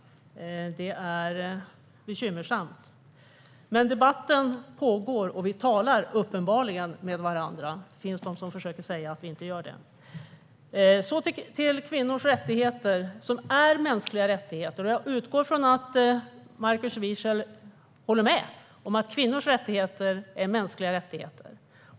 Det är bekymmersamt. Men debatten pågår, och vi talar uppenbarligen med varandra. Det finns de som försöker säga att vi inte gör det. Så till kvinnors rättigheter, som är mänskliga rättigheter. Jag utgår från att Markus Wiechel håller med om att kvinnors rättigheter är mänskliga rättigheter.